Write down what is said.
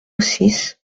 six